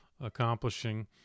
accomplishing